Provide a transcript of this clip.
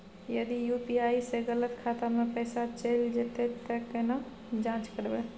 यदि यु.पी.आई स गलत खाता मे पैसा चैल जेतै त केना जाँच करबे?